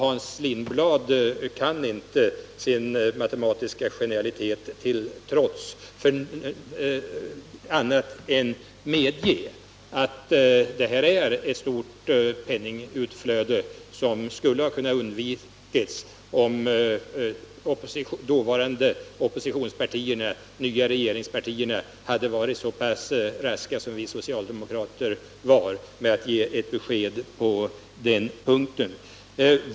Hans Lindblad kan inte, sin matematiska genialitet till trots, annat än medge att det där sker ett stort penningutflöde, som skulle ha kunnat undvikas om de dåvarande oppositionspartierna, sedermera regeringspartierna, hade varit så pass raska som vi socialdemokrater var när det gällde att ge besked på den punkten.